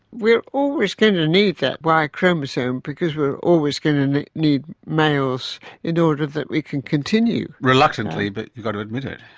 we're always going to need that y chromosome because we're always going to need males in order that we can continue. reluctantly, but you've got to admit it.